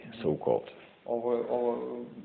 so-called